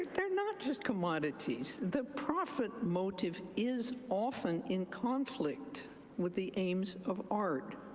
they're not just commodities, the profit motive is often in conflict with the aims of art.